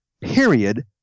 period